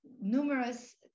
numerous